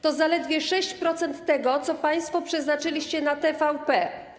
To zaledwie 6% tego, co państwo przeznaczyliście na TVP.